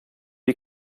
die